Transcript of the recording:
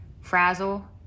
Frazzle